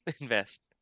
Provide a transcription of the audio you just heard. invest